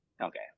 Okay